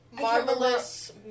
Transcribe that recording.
marvelous